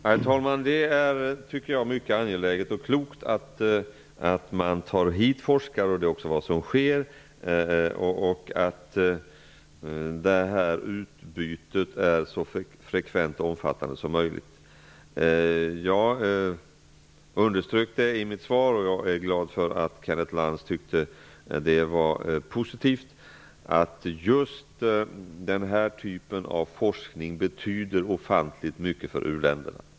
Herr talman! Det är mycket angeläget och klokt att ta hit forskare. Det är också vad som sker. Detta utbyte bör vara så frekvent och omfattande som möjligt. I mitt svar underströk jag att just den här typen av forskning betyder ofantligt mycket för uländerna.